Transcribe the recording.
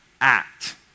act